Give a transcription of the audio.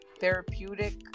therapeutic